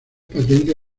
patente